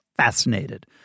Fascinated